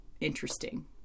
interesting